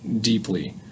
deeply